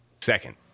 Second